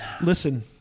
Listen